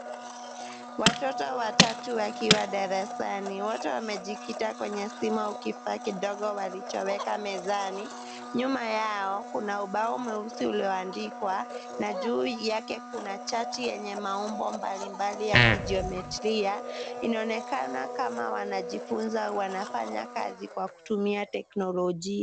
Watoto watatu wakiwa darasani. Wote wamejikita kwenye simu au kifaa kidogo walichoweka mezani. Nyuma yao kuna ubao mweusi ulioandikwa na juu yake kuna chati yenye maumbo mbalimbali ya jiometria. Inaonekana kama wanajifunza. Wanafanya kazi kwa kutumia teknolojia.